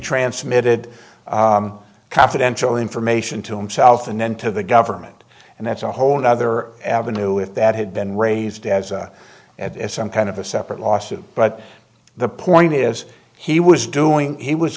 transmitted confidential information to himself and then to the government and that's a whole another avenue if that had been raised as a and as some kind of a separate lawsuit but the point is he was doing he was